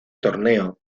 torneo